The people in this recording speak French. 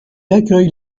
accueille